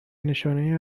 نشانهای